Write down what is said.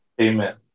amen